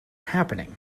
happening